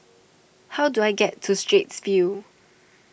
how do I get to Straits View